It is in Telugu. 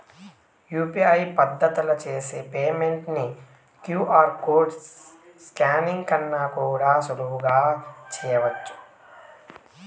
యూ.పి.ఐ పద్దతిల చేసి పేమెంట్ ని క్యూ.ఆర్ కోడ్ స్కానింగ్ కన్నా కూడా సులువుగా చేయచ్చు